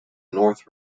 north